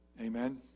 Amen